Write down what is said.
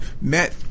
met